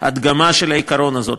הדגמה של העיקרון הזה.